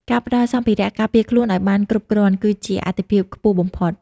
ការផ្តល់សម្ភារៈការពារខ្លួនឲ្យបានគ្រប់គ្រាន់គឺជាអាទិភាពខ្ពស់បំផុត។